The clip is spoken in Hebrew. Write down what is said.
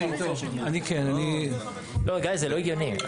לא, גיא, זה לא הגיוני.